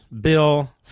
Bill